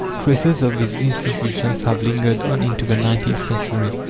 traces of these institutions have lingered on into the nineteenth century,